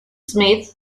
smith